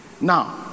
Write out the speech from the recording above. Now